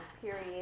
period